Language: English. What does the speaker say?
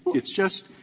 it's just